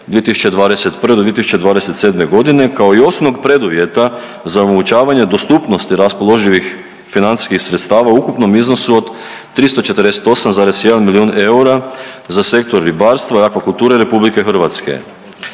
2021.-2027.g. kao i osnovnog preduvjeta za omogućavanje dostupnosti raspoloživih financijskih sredstava u ukupnom iznosu od 348,1 milijun eura za sektor ribarstva i akvakulture RH.